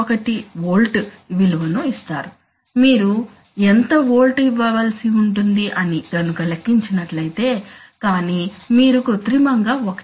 1 volt విలువను ఇస్తారు మీరు మీరు ఎంత వోల్ట్ ఇవ్వవలసి ఉంటుంది అని గనుక లెక్కించినట్లయితే కానీ మీరు కృత్రిమంగా 1